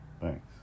thanks